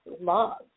love